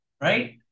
right